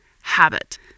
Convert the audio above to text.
Habit